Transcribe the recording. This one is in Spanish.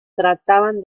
trataban